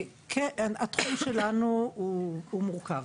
התחום שלנו מורכב.